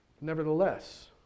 Nevertheless